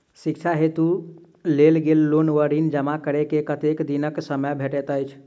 शिक्षा हेतु लेल गेल लोन वा ऋण जमा करै केँ कतेक दिनक समय भेटैत अछि?